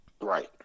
Right